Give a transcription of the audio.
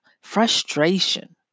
frustration